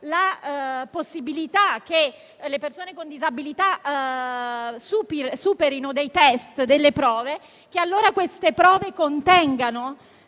la possibilità che le persone con disabilità superino delle prove, che queste ultime contengano